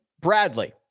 Bradley